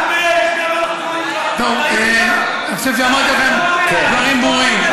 אני חושב שאמרתי לכם דברים ברורים.